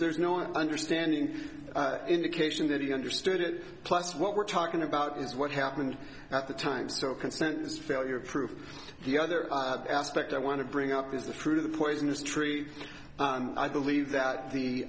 there's no understanding indication that he understood it plus what we're talking about is what happened at the time so consensus failure proof the other aspect i want to bring up is the fruit of the poisonous tree i believe that the